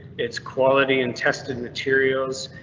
its quality and tested materials,